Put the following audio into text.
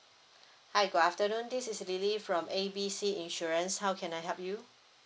hi good afternoon this is lily from A B C insurance how can I help you